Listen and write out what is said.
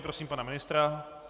Prosím pana ministra.